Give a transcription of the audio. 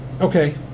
okay